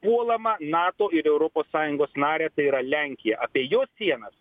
puolamą nato ir europos sąjungos narę tai yra lenkiją apie jo sienas